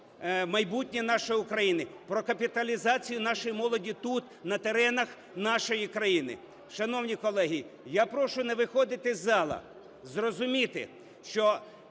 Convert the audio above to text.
майбутнє нашої України, про капіталізацію нашої молоді тут, на теренах нашої країни. Шановні колеги, я прошу не виходити з залу, зрозуміти, що